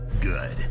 Good